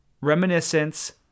Reminiscence